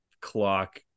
clock